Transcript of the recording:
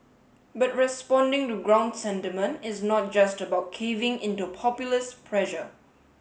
but responding to ground sentiment is not just about caving into populist pressure